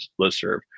listserv